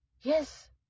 Yes